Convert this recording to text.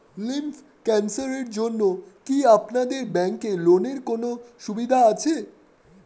Lymph ক্যানসারের জন্য কি আপনাদের ব্যঙ্কে লোনের কোনও সুবিধা আছে?